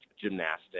gymnastics